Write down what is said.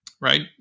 right